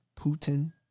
Putin